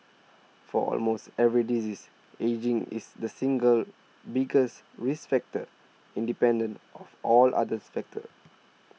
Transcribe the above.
for almost every disease ageing is the single biggest risk factor independent of all other factors